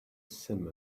simum